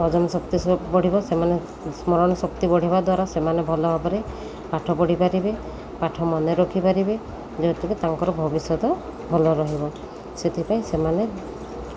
ହଜମ ଶକ୍ତି ସେ ବଢ଼ିବ ସେମାନେ ସ୍ମରଣ ଶକ୍ତି ବଢ଼ିବା ଦ୍ୱାରା ସେମାନେ ଭଲ ଭାବରେ ପାଠ ପଢ଼ି ପାରିବେ ପାଠ ମନେରଖିପାରିବେ ଯେଉଥିକି ତାଙ୍କର ଭବିଷ୍ୟତ ଭଲ ରହିବ ସେଥିପାଇଁ ସେମାନେ